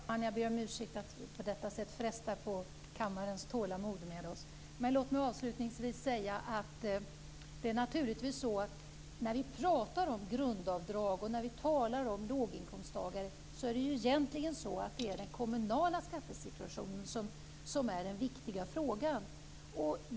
Fru talman! Jag ber om ursäkt för att vi på detta sätt frestar på kammarens tålamod med oss. Låt mig avslutningsvis säga att det när vi talar om grundavdrag och låginkomsttagare egentligen är den kommunala skattesituationen som är den viktiga frågan.